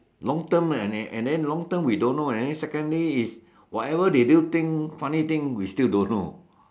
long term eh they and then long term we don't know and then secondly is whatever they do thing funny thing we still don't know